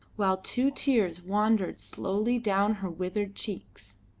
while two tears wandered slowly down her withered cheeks.